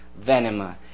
Venema